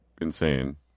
insane